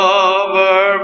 Cover